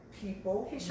people